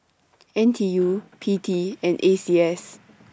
N T U P T and A C S